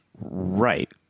Right